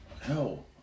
hell